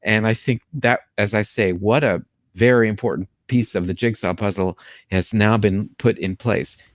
and i think that, as i say, what a very important piece of the jigsaw puzzle has now been put in place.